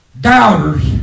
doubters